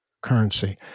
currency